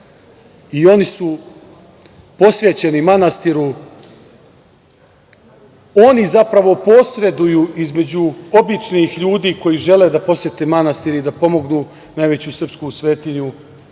i oni su posvećeni manastiru. Oni zapravo posreduju između običnih ljudi koji žele da posete manastir i da pomognu najveću srpsku svetinju